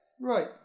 Right